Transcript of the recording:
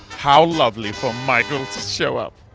how lovely for michael to show up.